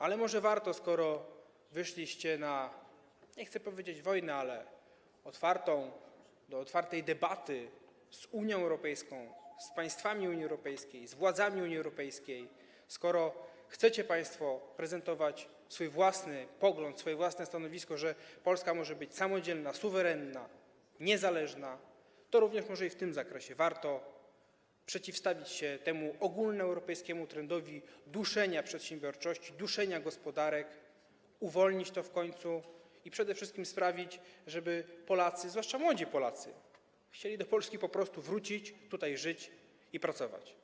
Ale skoro wyszliście, nie chcę powiedzieć: na wojnę, ale stanęliście do otwartej debaty z Unią Europejską, z państwami Unii Europejskiej, z władzami Unii Europejskiej, skoro chcecie państwo prezentować swój własny pogląd, swoje własne stanowisko, że Polska może być samodzielna, suwerenna, niezależna, to może również w tym zakresie warto przeciwstawić się temu ogólnoeuropejskiemu trendowi duszenia przedsiębiorczości, duszenia gospodarek, uwolnić to w końcu i przede wszystkim sprawić, żeby Polacy, zwłaszcza młodzi Polacy, chcieli po prostu do Polski wrócić, tutaj żyć i pracować.